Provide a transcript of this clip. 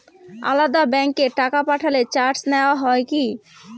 আলাদা ব্যাংকে টাকা পাঠালে চার্জ নেওয়া হয় কি?